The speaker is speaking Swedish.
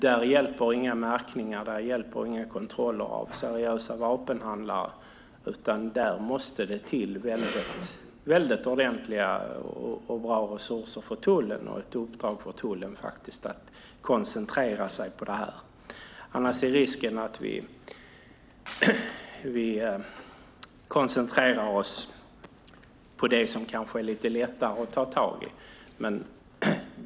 Där hjälper inga märkningar, och där hjälper inga kontroller av seriösa vapenhandlare, utan där måste det till ordentliga och bra resurser för tullen och ett uppdrag för tullen att koncentrera sig på detta. Annars är risken att vi koncentrerar oss på det som kanske är lite lättare att ta tag i.